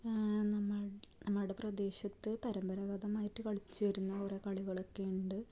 നമ്മളുടെ പ്രദേശത്ത് പരമ്പരാഗതമായിട്ട് കളിച്ചുവരുന്ന കുറെ കളികൾ ഒക്കെ ഉണ്ട്